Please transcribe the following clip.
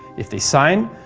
if they sign,